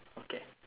okay